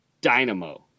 dynamo